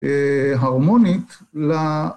הרמונית ל..